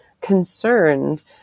concerned